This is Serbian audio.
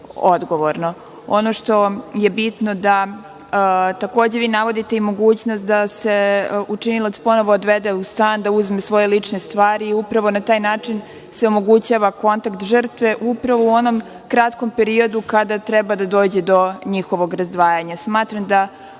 odgovorno. Takođe vi navodite mogućnost da se učinilac ponovo odvede u stan da uzme svoje lične stvari, upravo na taj način se omogućava kontakt žrtve upravo u onom kratkom periodu kada treba da dođe do njihovog razdvajanja.